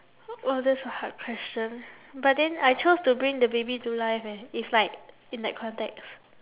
!wah! that's a hard question but then I chose to bring the baby to life eh if like in that context